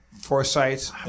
foresight